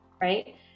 right